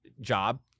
job